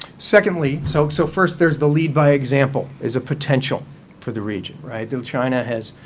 secondly so, so first there's the lead-by-example is a potential for the region. right? china has